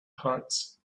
parts